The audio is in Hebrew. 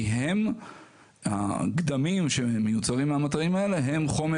כי הגדמים שמיוצרים מהמטעים האלה הם חומר